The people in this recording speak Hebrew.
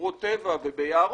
ובשמורות טבע וביערות,